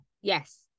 yes